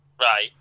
Right